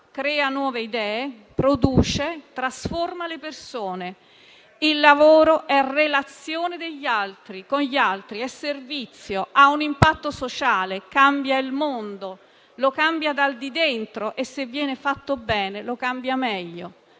crea nuove idee, produce e trasforma le persone. Il lavoro è relazione degli altri con gli altri, è servizio, ha un impatto sociale, cambia il mondo, lo cambia da dentro e, se viene fatto bene, lo cambia in meglio.